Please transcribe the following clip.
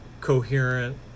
coherent